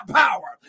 power